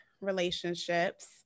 relationships